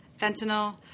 fentanyl